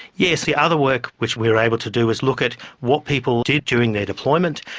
yes, the other work which we were able to do is look at what people did during their deployment,